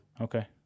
okay